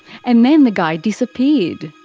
and then the guy disappeared.